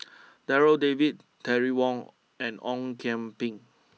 Darryl David Terry Wong and Ong Kian Peng